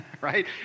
right